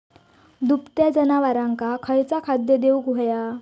दुभत्या जनावरांका खयचा खाद्य देऊक व्हया?